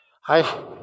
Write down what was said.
Hi